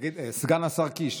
תגיד לי, סגן השר קיש,